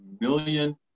million